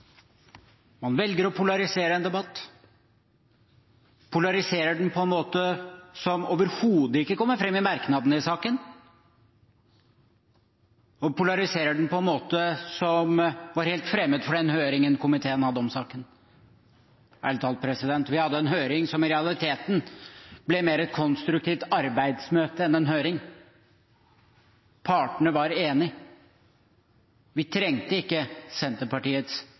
Man velger å polarisere en debatt og polariserer den på en måte som overhodet ikke kommer fram i merknadene i saken. Man polariserer den på en måte som var helt fremmed for den høringen komiteen hadde om saken. Ærlig talt, vi hadde en høring som i realiteten ble mer et konstruktivt arbeidsmøte enn en høring. Partene var enige. Vi trengte ikke Senterpartiets